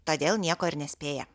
todėl nieko ir nespėja